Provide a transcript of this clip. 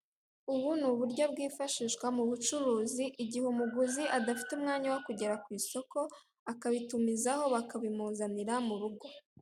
Ubu ni uburyo bwifashishwa mu bucuruzi igihe umuguzi adafite umwanya wo kugera ku isoko akabitumizaho bakabimuzanira mu rugo.